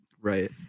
Right